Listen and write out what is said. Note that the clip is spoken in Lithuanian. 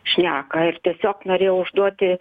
šneka ir tiesiog norėjau užduoti